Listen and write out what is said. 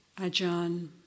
Ajahn